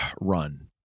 run